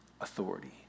authority